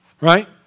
Right